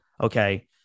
Okay